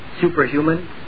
superhuman